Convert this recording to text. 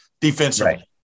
defensively